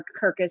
Kirkus